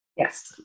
Yes